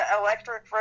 electric